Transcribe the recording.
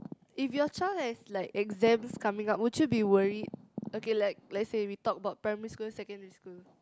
if your child has like exams coming up would you be worry okay like let's say we talk about primary school or secondary school